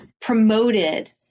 promoted